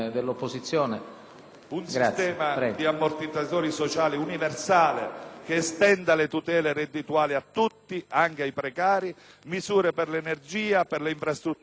sistema di ammortizzatori sociali universale che estenda le tutele reddituali a tutti, anche ai precari, misure per l'energia, per le infrastrutture e in particolare